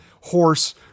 horse